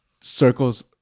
circles